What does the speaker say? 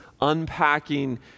unpacking